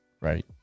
Right